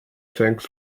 tanks